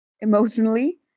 emotionally